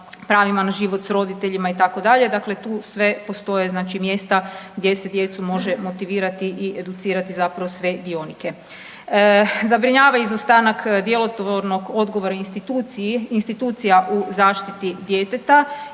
pravima na život s roditeljima itd. Dakle, tu sve postoje znači mjesta gdje se djecu može motivirati i educirati, zapravo sve dionike. Zabrinjava izostanak djelotvornog odgovora institucija u zaštiti djeteta